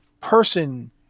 person